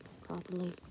properly